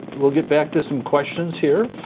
we'll get back to some questions here.